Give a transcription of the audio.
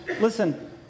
Listen